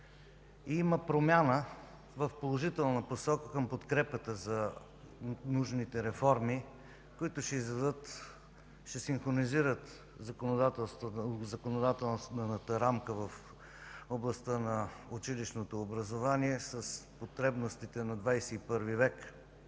има промяна в положителна посока към подкрепата за нужните реформи, които ще изведат, ще синхронизират законодателната рамка в областта на училищното образование с потребностите на 21-ви век.